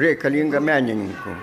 reikalinga menininkų